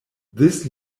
this